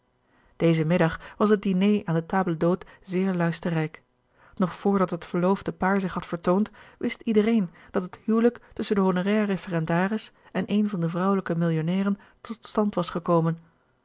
dezen middag was het diné aan de table d'hote zeer luisterrijk nog voordat het verloofde paar zich had vertoond wist iedereen dat het huwelijk tusschen den honorair referendaris en een van de vrouwelijke millionnairen tot stand was gekomen